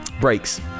breaks